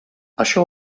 això